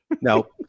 No